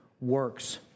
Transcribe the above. works